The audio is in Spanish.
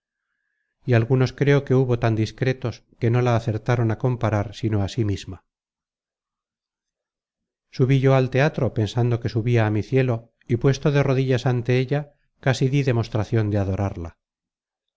y algunos creo que hubo tan discretos que no la acertaron a comparar sino á sí misma subí yo al teatro pensando que subia á mi cielo y puesto de rodillas ante ella casi dí demostracion de adorarla